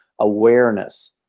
awareness